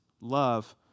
love